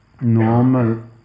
normal